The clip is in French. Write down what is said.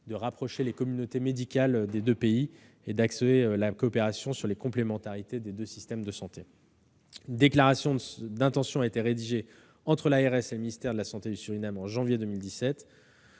de rapprocher les communautés médicales des deux pays et d'accentuer la coopération selon les complémentarités des deux systèmes de santé. Une déclaration d'intention a été rédigée entre l'ARS et le ministère de la santé du Suriname en janvier 2017,